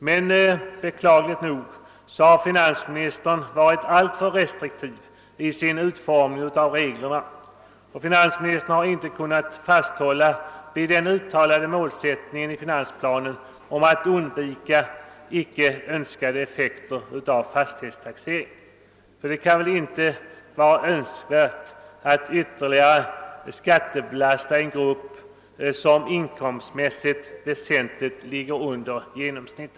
Men beklagligt nog har finansministern varit alltför restriktiv vid sin utformning av reglerna, och finansministern har inte kunnat fasthålla vid den i finansplanen uttalade målsättningen att undvika icke önskade effekter av fastighetstaxeringen. Ty det kan väl inte vara önskvärt att ytterligare skattebelasta en grupp som inkomstmässigt väsentligt ligger under genomsnittet?